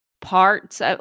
parts